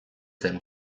zen